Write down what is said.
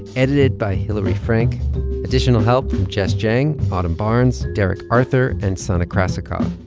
edited by hillary frank additional help from jess jiang, autumn barnes, derek arthur and sana krasikov.